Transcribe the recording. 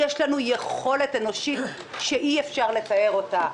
יש לנו יכולת אנושית שאי-אפשר לתאר אותה,